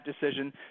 decision